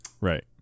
Right